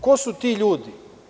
Ko su ti ljudi?